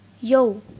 Yo